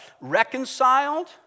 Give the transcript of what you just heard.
Reconciled